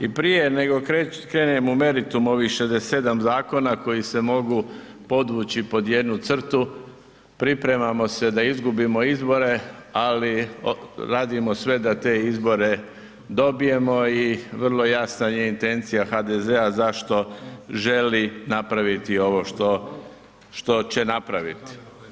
I prije nego krenemo u meritum ovih 67. zakona koji se mogu podvući pod jednu crtu, pripremamo se da izgubimo izbore, ali radimo sve da te izbore dobijemo i vrlo je jasna intencija HDZ-a zašto želi napraviti ovo što će napravit.